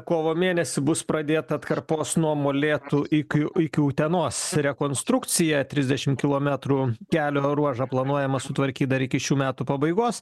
kovo mėnesį bus pradėta atkarpos nuo molėtų ikiu iki utenos rekonstrukcijatrisdešim kilometrų kelio ruožą planuojama sutvarkyt dar iki šių metų pabaigos